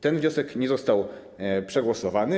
Ten wniosek nie został przegłosowany.